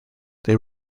they